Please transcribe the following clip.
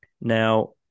Now